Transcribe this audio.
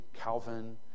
Calvin